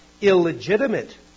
illegitimate